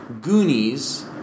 Goonies